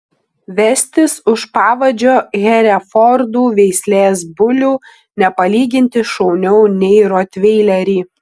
vestis už pavadžio herefordų veislės bulių nepalyginti šauniau nei rotveilerį